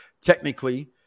Technically